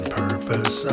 purpose